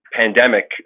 pandemic